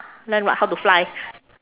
learn what how to fly